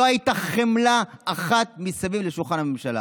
לא הייתה חמלה אחת מסביב לשולחן הממשלה.